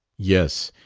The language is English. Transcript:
yes,